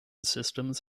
systems